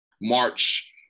March